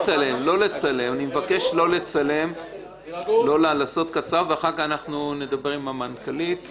אני מבקש לדבר בקצרה, ואחר כך נדבר עם המנכ"לית.